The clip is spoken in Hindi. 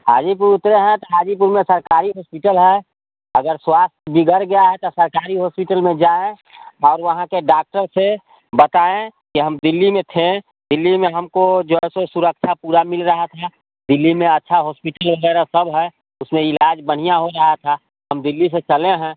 हाजीपुर हैं तो हाजीपुर में सरकारी हॉस्पिटल है अगर स्वास्थ्य बिगड़ गया है तो सरकारी हॉस्पिटल में जाएँ और वहाँ के डॉक्टर से बताएँ की हम दिल्ली में थे दिल्ली में हमको जो है सो सुरक्षा पूरी मिल रही थी दिल्ली में अच्छा हॉस्पिटल वगैरह सब है उसमें ईलाज बढ़िया हो रहा था हम दिल्ली से चले हैं